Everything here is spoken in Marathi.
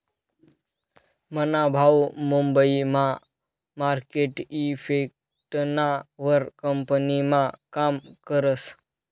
मना भाऊ मुंबई मा मार्केट इफेक्टना वर कंपनीमा काम करस